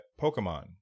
Pokemon